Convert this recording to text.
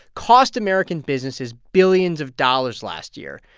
cost american businesses billions of dollars last year.